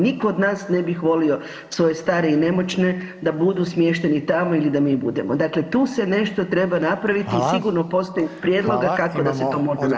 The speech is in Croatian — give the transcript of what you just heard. Niko od nas ne bi volio svoje stare i nemoćne da budu smješteni tamo ili da mi budemo, dakle tu se nešto treba napraviti i sigurno postoji prijedlog kako da se to može napraviti.